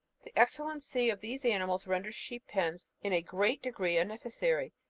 the excellency of these animals renders sheep-pens in a great degree unnecessary.